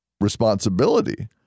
responsibility